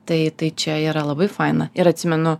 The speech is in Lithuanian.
tai tai čia yra labai faina ir atsimenu